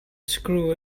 screw